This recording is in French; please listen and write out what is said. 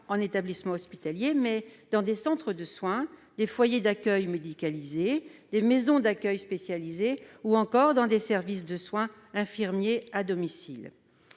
en établissement hospitalier, mais dans des centres de soins, des foyers d'accueil médicalisés, des maisons d'accueil spécialisées ou encore dans des services de soins infirmiers à domicile.